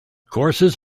courses